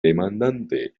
demandante